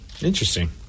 Interesting